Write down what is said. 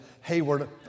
Hayward